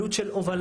עלות של הובלה,